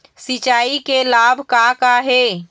सिचाई के लाभ का का हे?